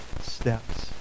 steps